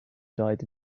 died